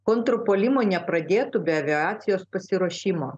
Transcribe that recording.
kontrpuolimo nepradėtų be aviacijos pasiruošimo